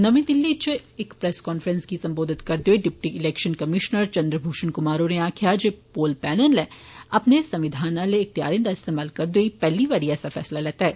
नमीं दिल्ली इच इक प्रैस कांफ्रेंस गी संबोधित करदे होई deputy election commission Chandra Bhushan Kumar होरें आक्खेआ जे पोल पैनल नै संविघान आले अपने इख्तेदारें दी इस्तेमाल करदे होई पैह्ली बारी ऐसा फैसला लैता ऐ